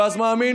ואני מאמין